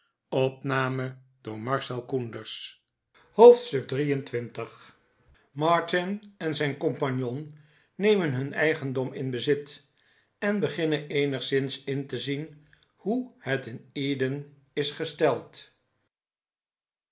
hoofdstuk xxiii martin en zijn compagnon nemen hun etgendom in bezit en beginnen eenigszins in te zien hoe het in eden is gesteld